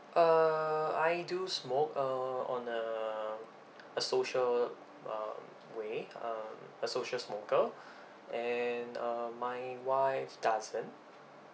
uh I do smoke uh on a a social uh way uh a social smoker and uh my wife doesn't